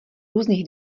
různých